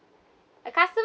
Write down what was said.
a customer